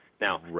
Now